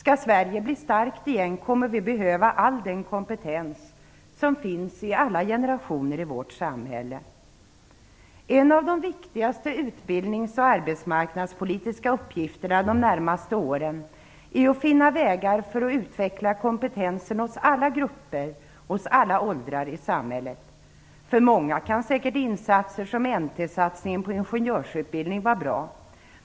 Om Sverige skall bli starkt igen kommer vi att behöva all den kompetens som finns hos alla generationer i vårt samhälle. En av de viktigaste utbildnings och arbetsmarknadspolitiska uppgifterna de närmaste åren är att finna vägar för att utveckla kompetensen hos alla grupper och hos alla åldrar i samhället. För många kan säkert insatser som NT-satsningen på ingenjörsutbildningen vara bra.